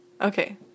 Okay